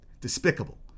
despicable